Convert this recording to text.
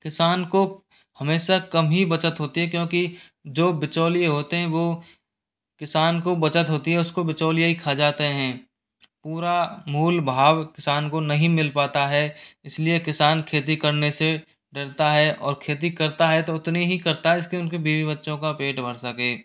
किसान को हमेशा कम ही बचत होती है क्योंकि जो बिचौलिए होते हैं वो किसान को बचत होती है उसको बिचौलिए ही खा जाते हैं पूरा मूल भाव किसान को नहीं मिल पाता है इसलिए किसान खेती करने से डरता है और खेती करता है तो उतनी ही करता है जिसके उनके बीवी बच्चों का पेट भर सके